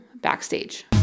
backstage